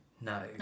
No